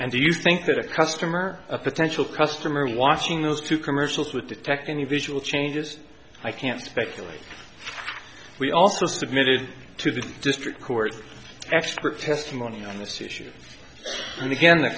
and do you think that a customer a potential customer watching those two commercials with detect any visual changes i can speculate we also submitted to the district court expert testimony on this issue and again the